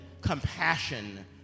compassion